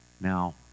now